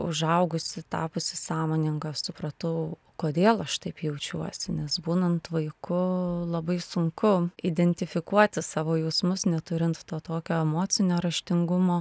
užaugusi tapusi sąmoninga supratau kodėl aš taip jaučiuosi nes būnant vaiku labai sunku identifikuoti savo jausmus neturint to tokio emocinio raštingumo